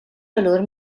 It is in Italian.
valor